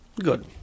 Good